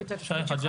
שמי שי חג'ג',